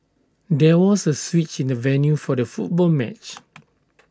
there was A switch in the venue for the football match